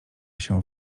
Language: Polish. się